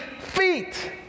feet